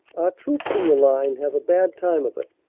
our troops in the line have a bad time of it.